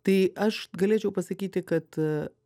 tai aš galėčiau pasakyti kad